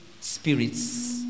spirits